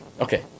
Okay